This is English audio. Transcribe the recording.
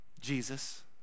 Jesus